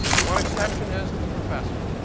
one exception is the professor.